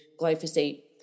glyphosate